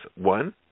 One